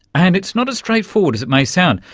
and it's not as straightforward as it may sound,